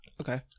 okay